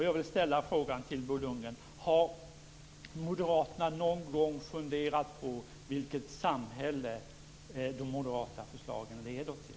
Jag vill ställa en fråga till Bo Lundgren: Har Moderaterna någon gång funderat på vilket samhälle som de moderata förslagen leder till?